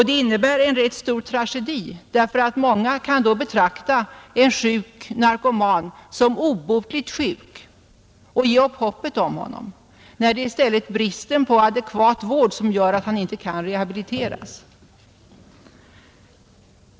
Det innebär också en tragedi därför att många då kan betrakta en sjuk narkoman som obotligt sjuk och ge upp hoppet om honom, när det i stället är bristen på adekvat vård som gör att han inte kan rehabiliteras.